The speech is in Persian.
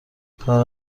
کار